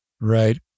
Right